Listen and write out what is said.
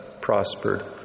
prospered